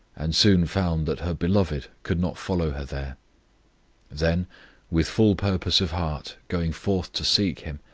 and soon found that her beloved could not follow her there then with full purpose of heart going forth to seek him,